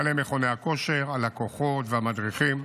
בעלי מכוני כושר, הלקוחות והמדריכים,